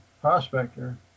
prospector